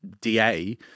DA